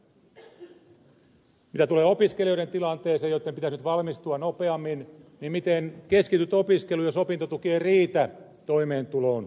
mitä tulee opiskelijoiden joitten pitäisi nyt valmistua nopeammin tilanteeseen niin miten keskityt opiskeluun jos opintotuki ei riitä toimeentuloon